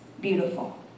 beautiful